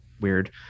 weird